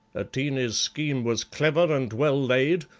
atene's scheme was clever and well laid,